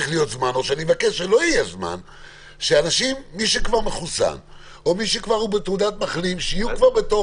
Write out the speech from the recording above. ייקח שמי שכבר מחוסן יהיה כבר בתוך.